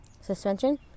Suspension